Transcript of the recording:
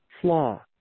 flaw